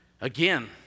again